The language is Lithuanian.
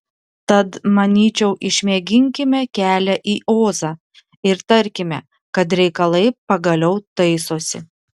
tad manyčiau išmėginkime kelią į ozą ir tarkime kad reikalai pagaliau taisosi